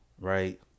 right